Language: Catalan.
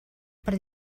per